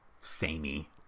samey